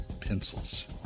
pencils